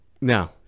No